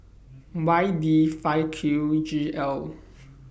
Y D five Q G L